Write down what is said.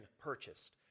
purchased